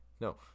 No